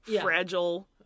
fragile